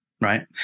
right